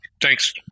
Thanks